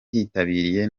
hitabiriye